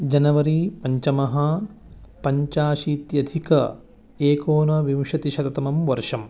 January पञ्चमः पञ्चाशत्यधिक एकोनविंशतिशततमं वर्षम्